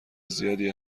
زیادی